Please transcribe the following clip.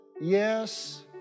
yes